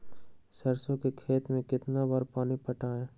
सरसों के खेत मे कितना बार पानी पटाये?